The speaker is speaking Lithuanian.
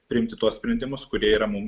priimti tuos sprendimus kurie yra mums